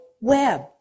web